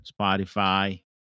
Spotify